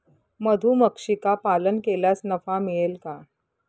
मधुमक्षिका पालन केल्यास नफा मिळेल का?